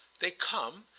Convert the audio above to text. they come,